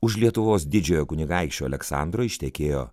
už lietuvos didžiojo kunigaikščio aleksandro ištekėjo